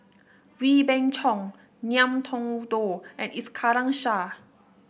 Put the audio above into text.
Wee Beng Chong Ngiam Tong Dow and Iskandar Shah